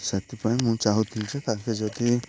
ସେଥିପାଇଁ ମୁଁ ଚାହୁଁଥିଲି ତାକେ ଯଦି